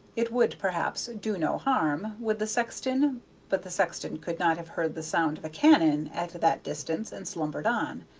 it would, perhaps, do no harm would the sexton but the sexton could not have heard the sound of a cannon at that distance, and slumbered on.